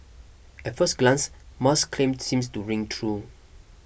at first glance Musk's claim seems to ring true